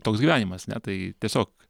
toks gyvenimas ne tai tiesiog